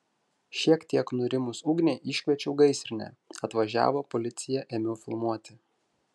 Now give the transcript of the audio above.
šiek tiek nurimus ugniai iškviečiau gaisrinę atvažiavo policija ėmiau filmuoti